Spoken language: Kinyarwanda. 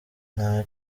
nta